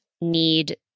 need